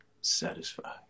satisfied